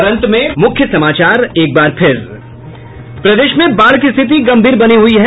और अब अंत में मुख्य समाचार प्रदेश में बाढ़ की स्थिति गंभीर बनी हुई है